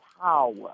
power